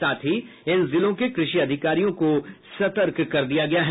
साथ ही इन जिलों के कृषि अधिकारियों को सतर्क कर दिया गया है